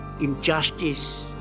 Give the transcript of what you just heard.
injustice